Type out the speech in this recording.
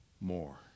more